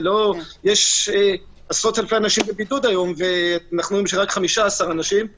יש עשרות-אלפי אנשים בבידוד היום, ורק 15 אנשים-